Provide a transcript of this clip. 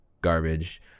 garbage